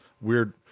weird